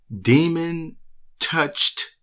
demon-touched